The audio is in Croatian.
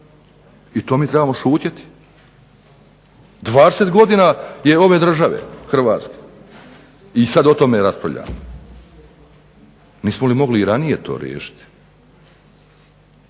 i to mi trebamo šutjeti? 20 godina je ove države hrvatske, i sad o tome raspravljamo. Nismo li mogli i ranije to riješiti?